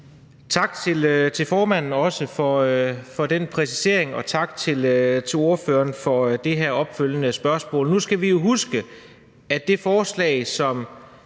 Tak til formanden for præciseringen. Og tak til spørgeren for det opfølgende spørgsmål. Nu skal vi jo huske, at det forslag, som